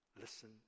listen